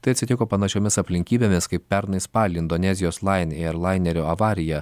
tai atsitiko panašiomis aplinkybėmis kaip pernai spalį indonezijos lion air lainerio avarija